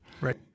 Right